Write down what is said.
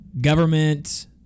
Government